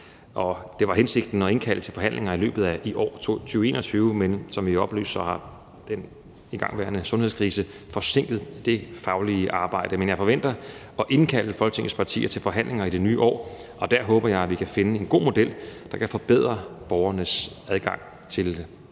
Det var hensigten at indkalde til forhandlinger i løbet af i år, 2021, men som I ved, har den igangværende sundhedskrise forsinket det faglige arbejde. Men jeg forventer at indkalde Folketingets partier til forhandlinger i det nye år, og der håber jeg, at vi kan finde en god model, der kan forbedre borgernes adgang til